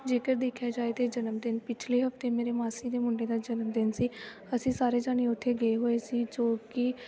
ਜੇਕਰ ਦੇਖਿਆ ਜਾਏ ਤਾਂ ਜਨਮ ਦਿਨ ਪਿਛਲੇ ਹਫਤੇ ਮੇਰੀ ਮਾਸੀ ਦੇ ਮੁੰਡੇ ਦਾ ਜਨਮ ਦਿਨ ਸੀ ਅਸੀਂ ਸਾਰੇ ਜਾਣੇ ਉੱਥੇ ਗਏ ਹੋਏ ਸੀ ਜੋ ਕਿ